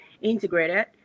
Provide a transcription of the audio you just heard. integrated